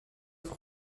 auf